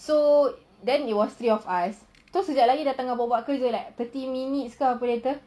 so then it was three of us sekejap lagi tengah buat kerja thirty minutes ke apa later